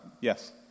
Yes